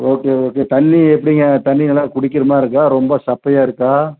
okay okay தண்ணி எப்படிங்க தண்ணி நல்லா குடிக்கிற மாதிரி இருக்கா ரொம்ப சப்பையா இருக்கா